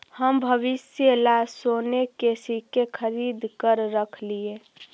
हम भविष्य ला सोने के सिक्के खरीद कर रख लिए